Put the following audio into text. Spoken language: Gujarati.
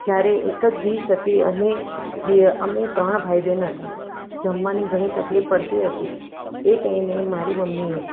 જ્યારે એક જ ડીશ હતી અને બે અમે ત્રણ ભાઈબેન હતાં જમવાની ઘણી તકલીફ પડતી હતી એ ટાઈમે મારી મમ્મીએ